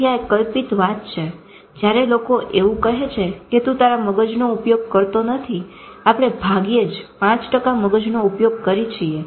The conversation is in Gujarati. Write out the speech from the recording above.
તેથી આ કલ્પિત વાત છે જયારે લોકો એવું કહે છે કે તુ તારા મગજનો ઉપયોગ કરતો નથી આપણે ભાગ્યે જ 5 મગજનો ઉપયોગ કરી છીએ